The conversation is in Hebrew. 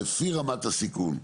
לפי רמת הסיכון.